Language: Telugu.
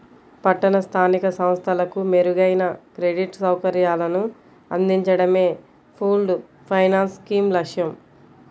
పట్టణ స్థానిక సంస్థలకు మెరుగైన క్రెడిట్ సౌకర్యాలను అందించడమే పూల్డ్ ఫైనాన్స్ స్కీమ్ లక్ష్యం